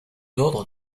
ordre